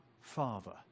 Father